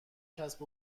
کسب